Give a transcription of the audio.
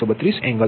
532 angle 183